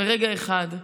ברגע אחד.